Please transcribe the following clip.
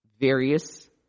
various